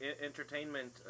entertainment